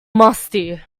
musty